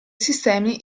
sistemi